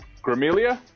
Gramelia